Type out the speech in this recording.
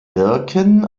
wirken